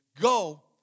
Go